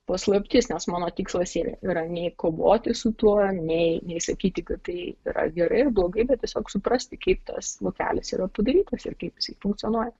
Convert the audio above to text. paslaptis nes mano tikslas yra nei kovoti su tuo nei nei sakyti kad tai yra gerai blogai bet tiesiog suprasti kaip tas vokelis yra padarytas ir kaip jisai funkcionuoja